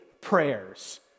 prayers